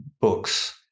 books